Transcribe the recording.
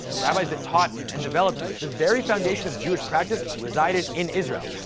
the rabbis that taught and developed the very foundation of jewish practice resided in israel.